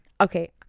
okay